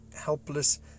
helpless